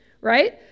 right